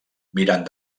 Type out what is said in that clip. mirant